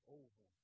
over